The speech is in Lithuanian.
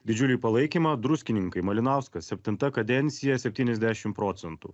didžiulį palaikymą druskininkai malinauskas septinta kadencija septyniasdešimt procentų